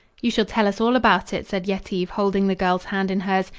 you shall tell us all about it, said yetive, holding the girl's hand in hers.